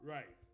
Right